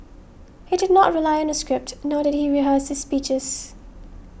he did not rely on a script nor did he rehearse his speeches